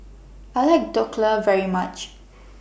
I like Dhokla very much